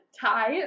Tie